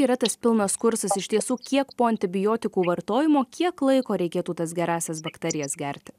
yra tas pilnas kursas iš tiesų kiek po antibiotikų vartojimo kiek laiko reikėtų tas gerąsias bakterijas gerti